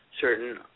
certain